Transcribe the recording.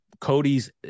Cody's